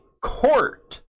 Court